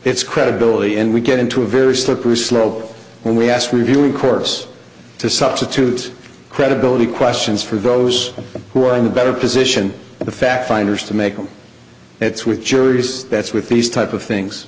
its credibility and we get into a very slippery slope when we asked reviewing course to substitute credibility questions for those who are in a better position the fact finders to make and it's with juries that's with these type of things